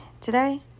Today